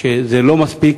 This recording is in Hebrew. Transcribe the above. שזה לא מספיק,